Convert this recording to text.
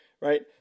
right